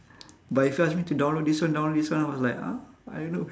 but if you ask me to download this one download this one was like I don't know